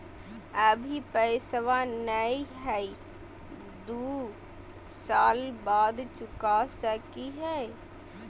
अभि पैसबा नय हय, दू साल बाद चुका सकी हय?